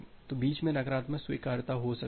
तो बीच में नकारात्मक स्वीकार्यता हो सकती है